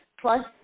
Plus